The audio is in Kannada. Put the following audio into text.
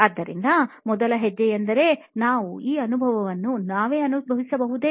ಆದ್ದರಿಂದ ಮೊದಲ ಹೆಜ್ಜೆ ಎಂದರೆ ನಾವು ಈ ಅನುಭವವನ್ನು ನಾವೇ ಅನುಭವಿಸಬಹುದೇ